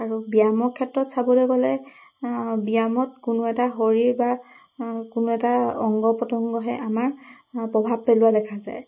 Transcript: আৰু ব্যায়ামৰ ক্ষেত্ৰত চাবলৈ গ'লে ব্যায়ামত কোনো এটা শৰীৰ বা কোনো এটা অংগ প্ৰত্যংগহে আমাৰ প্ৰভাৱ পেলোৱা দেখা যায়